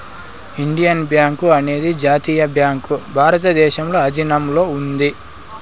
Indian bank అనేది జాతీయ bank భారతదేశంలో ఆధీనంలో ఉంది